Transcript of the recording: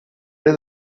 era